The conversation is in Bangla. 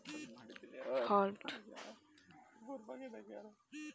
কিভাবে এ.টি.এম কার্ডের জন্য আবেদন করতে হয়?